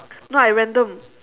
no I random